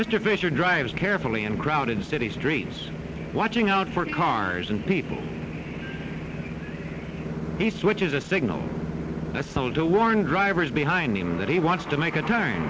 mr fischer drives carefully in crowded city streets watching out for cars and people he switches a signal that's known to warn drivers behind him that he wants to make a t